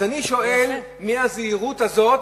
אז אני שואל, מהזהירות הזאת,